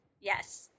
Yes